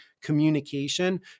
communication